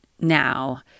now